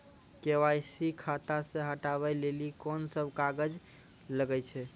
KYC खाता से हटाबै लेली कोंन सब कागज लगे छै?